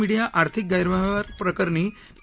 media आर्थिक गैरव्यवहार प्रकरणी पी